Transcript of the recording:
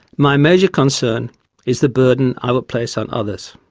my major concern is the burden i would place on others.